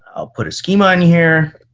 i'll put a schema in here.